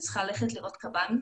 את צריכה ללכת לראות קב"ן,